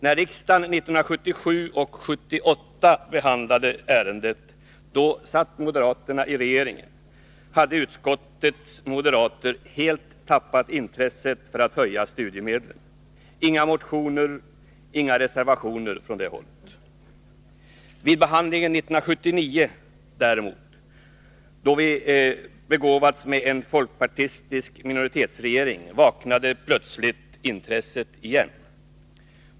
När riksdagen 1977 och 1978 behandlade ärendet — då satt moderaterna i regeringen — hade utskottets moderater helt tappat intresset för att höja Vid behandlingen 1979 däremot, då vi hade begåvats med en folkpartistisk minoritetsregering, vaknade plötsligt intresset igen.